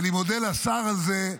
ואני מודה לשר על זה.